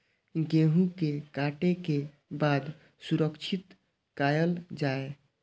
गेहूँ के काटे के बाद सुरक्षित कायल जाय?